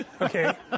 Okay